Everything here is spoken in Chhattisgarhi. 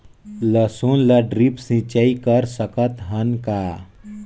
लसुन ल ड्रिप सिंचाई कर सकत हन का?